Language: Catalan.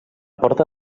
porta